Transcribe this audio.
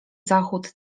zachód